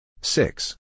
Six